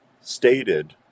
stated